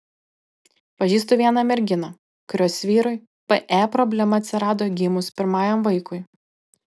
pažįstu vieną merginą kurios vyrui pe problema atsirado gimus pirmajam vaikui